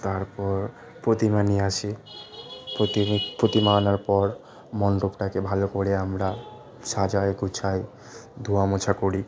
তারপর প্রতিমা নিয়ে আসি প্রতিম প্রতিমা আনার পর মণ্ডপটাকে ভালো করে আমরা সাজাই গোছায় ধোয়া মোছা করি